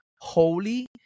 holy